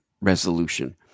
resolution